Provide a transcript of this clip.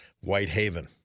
Whitehaven